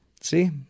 see